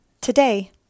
Today